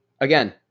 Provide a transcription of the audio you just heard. Again